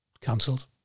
cancelled